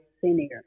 senior